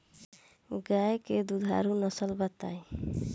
गाय के दुधारू नसल बताई?